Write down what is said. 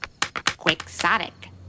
Quixotic